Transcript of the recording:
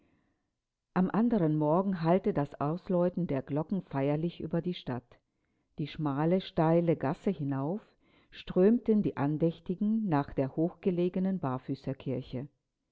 am anderen morgen hallte das ausläuten der glocken feierlich über die stadt die schmale steile gasse hinauf strömten die andächtigen nach der hochgelegenen